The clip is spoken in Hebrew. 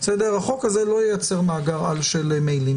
החוק הזה לא ייצר מאגר-על של מיילים